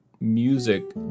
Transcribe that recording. music